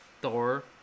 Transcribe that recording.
Thor